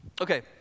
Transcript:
Okay